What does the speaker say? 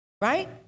Right